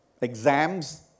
exams